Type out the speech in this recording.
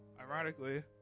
ironically